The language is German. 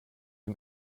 dem